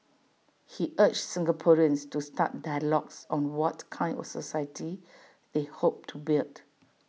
he urged Singaporeans to start dialogues on what kind of society they hope to build